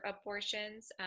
abortions